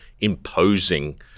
imposing